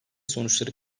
sonuçları